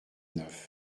neuf